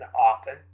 often